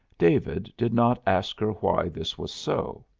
david did not ask her why this was so.